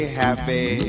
happy